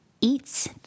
eats